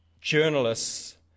journalists